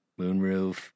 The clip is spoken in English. moonroof